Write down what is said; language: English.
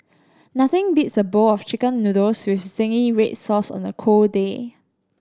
nothing beats a bowl of Chicken Noodles with zingy red sauce on a cold day